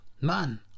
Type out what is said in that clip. man